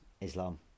Islam